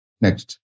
Next